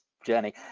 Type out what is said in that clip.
journey